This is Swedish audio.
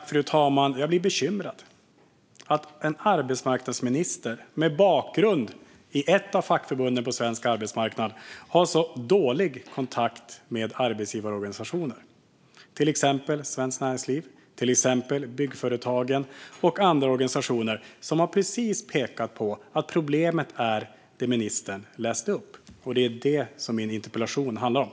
Fru talman! Jag blir bekymrad över att en arbetsmarknadsminister med bakgrund i ett av fackförbunden på svensk arbetsmarknad har så dålig kontakt med arbetsgivarorganisationer, till exempel Svenskt Näringsliv, Byggföretagen och andra organisationer, som har pekat på att problemet är precis det ministern läste upp. Det är detta som min interpellation handlar om.